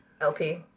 LP